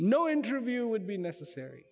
no interview would be necessary